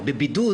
בבידוד